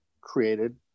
created